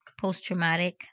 post-traumatic